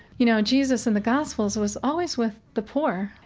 you know, jesus in the gospels was always with the poor.